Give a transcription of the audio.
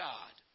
God